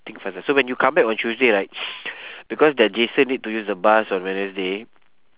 think faizah so when you come back on tuesday right because that jason need to use the bus on wednesday